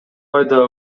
айда